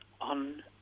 on